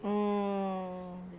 mm